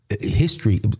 history